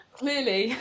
clearly